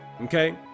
okay